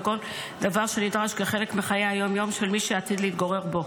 וכל דבר שנדרש כחלק מחיי היום-יום של מי שעתיד להתגורר בו.